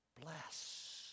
bless